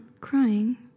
crying